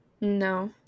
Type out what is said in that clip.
No